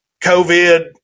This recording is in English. COVID